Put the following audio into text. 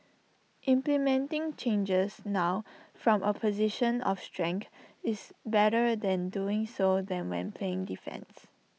implementing changes now from A position of strength is better than doing so than when playing defence